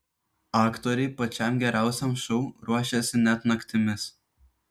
aktoriai pačiam geriausiam šou ruošėsi net naktimis